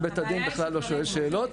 בית הדין בכלל לא שואל שאלות.